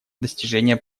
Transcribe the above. достижения